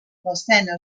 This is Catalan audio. l’escena